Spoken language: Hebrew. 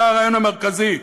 זה הרעיון המרכזי,